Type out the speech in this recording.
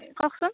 কওকচোন